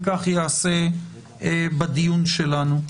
וכך ייעשה בדיון שלנו.